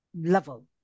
level